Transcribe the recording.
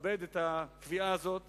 לכבד את הקביעה הזאת